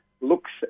looks